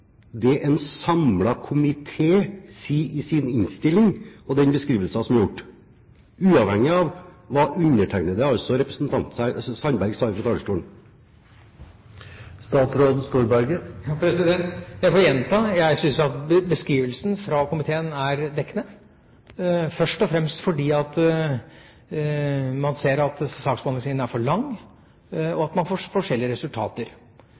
det en samlet komité sier i sin innstilling og den beskrivelsen som er gitt – uavhengig av hva undertegnede, altså representanten Sandberg, sa på talerstolen? Jeg får gjenta det: Jeg syns at beskrivelsen fra komiteen er dekkende, først og fremst fordi man ser at saksbehandlingstida er for lang, og at man får forskjellige resultater.